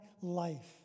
life